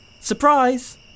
Surprise